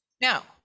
Now